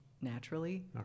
naturally